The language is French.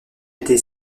été